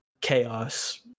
chaos